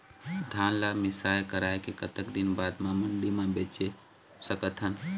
धान ला मिसाई कराए के कतक दिन बाद मा मंडी मा बेच सकथन?